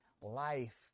life